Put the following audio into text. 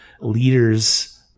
leaders